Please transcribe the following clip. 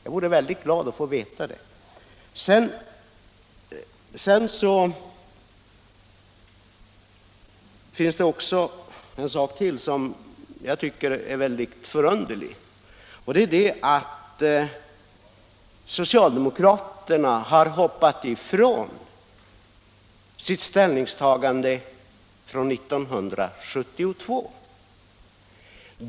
Jag skulle bli glad om jag kunde få veta det. 87 Jag tycker att det är förunderligt att socialdemokraterna har gått ifrån sitt ställningstagande från 1972.